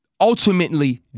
ultimately